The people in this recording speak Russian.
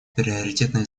приоритетной